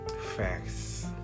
Facts